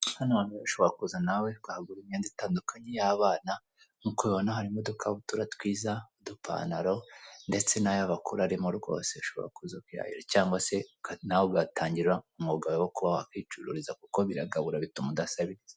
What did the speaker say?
Hano hanwe nawe, ushobora kuza nawe ukahagura imyenda itandukanye y'abana, nk'uko ubibona harimo udukabutura twiza, udupantaro ndetse n'ay'abakuru arimo rwose ushobora kuza kwiyahira cyangwa se nawe ugatangira umwuga wo kuba wakwicururiza kuko biragabura bituma udasabirira.